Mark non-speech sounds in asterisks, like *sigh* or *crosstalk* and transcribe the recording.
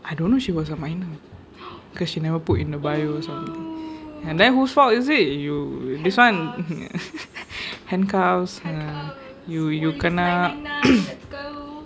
I don't know she was a minor because she never put in her bio or something and then who's fault is it you whose [one] *laughs* handcuffs ah you you kena *noise*